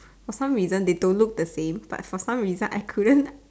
for some reason they don't look the same but for some reason I couldn't